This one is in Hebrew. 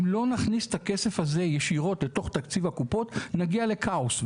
אם לא נכניס את הכסף הזה ישירות לתוך תקציב הקופות נגיע לכאוס,